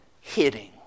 hitting